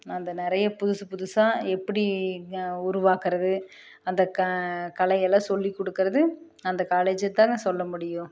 அந்த நிறைய புதுசு புதுசாக எப்படி உருவாக்குவது அந்த க கலையெல்லாம் சொல்லி கொடுக்குறது அந்த காலேஜைதாங்க சொல்ல முடியும்